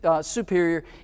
superior